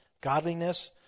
godliness